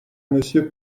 monsieur